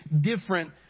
different